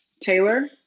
Taylor